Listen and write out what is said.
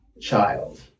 child